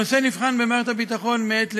הנושא נבחן במערכת הביטחון מעת לעת,